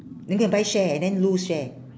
you go and buy share then lose share